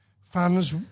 fans